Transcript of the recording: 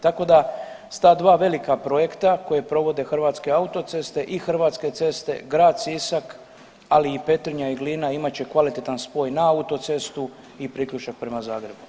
Tako da s ta dva velika projekta koje provode Hrvatske autoceste i Hrvatske ceste grad Sisak, ali i Petrinja i Glina imat će kvalitetan spoj na autocestu i priključak prema Zagrebu.